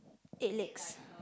eight legs